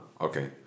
Okay